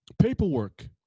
Paperwork